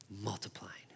multiplying